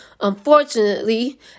unfortunately